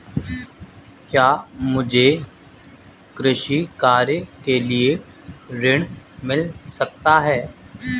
क्या मुझे कृषि कार्य के लिए ऋण मिल सकता है?